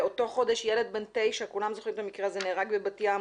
באותו חודש, ילד בן תשע נהרג בבת ים